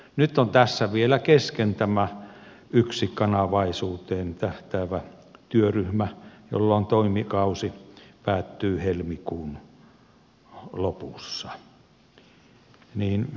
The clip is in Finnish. nyt on tässä vielä kesken tämä yksikanavaisuuteen tähtäävä työryhmä jolla toimikausi päättyy helmikuun lopussa